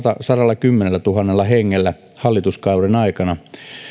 sadallakymmenellätuhannella hengellä hallituskauden aikana